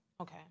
Okay